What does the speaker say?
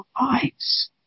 eyes